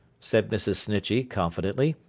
said mrs. snitchey, confidently,